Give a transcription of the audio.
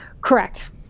correct